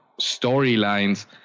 storylines